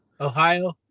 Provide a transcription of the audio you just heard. Ohio